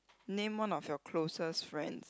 name one of your closest friends